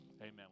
Amen